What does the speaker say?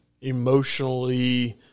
emotionally